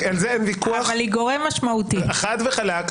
חד וחלק.